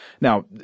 Now